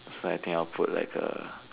so I think I'll put like a